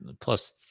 plus